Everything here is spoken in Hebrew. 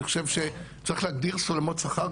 אני חושב שצריך להגדיר סולמות שכר.